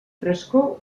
frescor